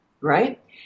right